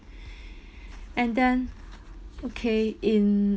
and then okay in